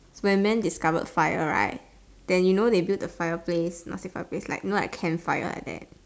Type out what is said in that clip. when men discovered fire right then you know they build the fire place not say fireplace like you know like camp fire like that